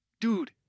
Dude